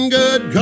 good